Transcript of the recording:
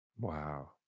Wow